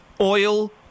oil